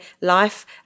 life